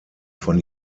von